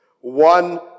One